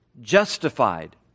justified